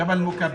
ג'בל מוכאבר,